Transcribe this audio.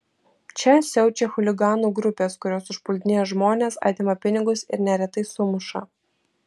čia siaučia chuliganų grupės kurios užpuldinėja žmones atima pinigus ir neretai sumuša